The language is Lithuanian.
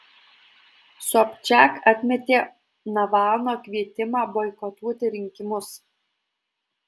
sobčiak atmetė navalno kvietimą boikotuoti rinkimus